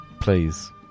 please